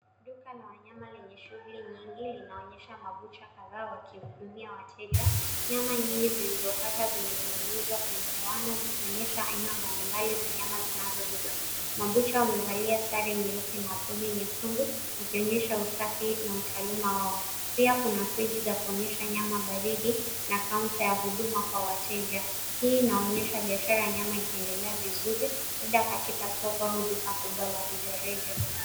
Duka la wanyama lenye shughuli nyingi linaonyesha mabucha kadhaa wakihudumia wateja. Nyama nyingi zilizokatwa zimening'inzwa kwenye doana zikionyesha aina mbalimbali za nyama zinazouzwa. Mabucha wamevalia sare nyeupe na aproni nyekundu wakionyesha usafi na utaaluma wao pia kuna fridgi za kuonyesha nyama baridi na kaunta ya huduma kwa wateja. Hii inaonyesha biashara ya nyama ikiendelea vizuri labda katika soko au duka kubwa la rejareja.